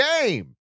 game